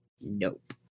Nope